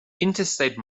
interstate